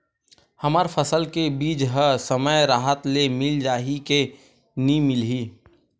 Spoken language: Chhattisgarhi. हमर फसल के बीज ह समय राहत ले मिल जाही के नी मिलही?